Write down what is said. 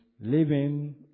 living